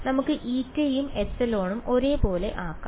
നമുക്ക് η ഉം ε ഉം ഒരേ പോലെ ആക്കാം